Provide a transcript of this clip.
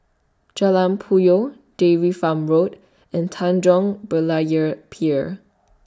Jalan Puyoh Dairy Farm Road and Tanjong Berlayer Pier